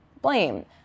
blame